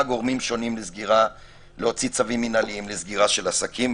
גורמים שונים להוציא צווים מינהליים לסגירה של עסקים.